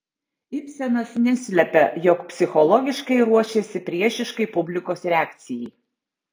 ibsenas neslepia jog psichologiškai ruošėsi priešiškai publikos reakcijai